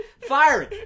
firing